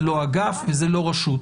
זה לא אגף וזה לא רשות.